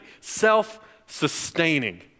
Self-sustaining